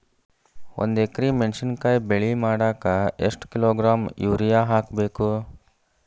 ಒಂದ್ ಎಕರೆ ಮೆಣಸಿನಕಾಯಿ ಬೆಳಿ ಮಾಡಾಕ ಎಷ್ಟ ಕಿಲೋಗ್ರಾಂ ಯೂರಿಯಾ ಹಾಕ್ಬೇಕು?